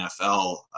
NFL